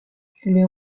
les